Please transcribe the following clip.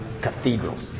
cathedrals